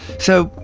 so,